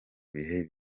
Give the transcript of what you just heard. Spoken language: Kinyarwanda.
bihe